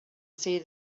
see